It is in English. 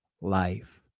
life